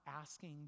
asking